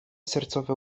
sercowe